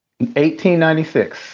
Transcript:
1896